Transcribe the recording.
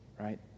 right